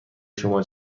شما